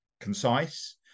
concise